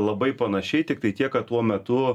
labai panašiai tiktai tiek kad tuo metu